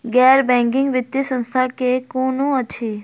गैर बैंकिंग वित्तीय संस्था केँ कुन अछि?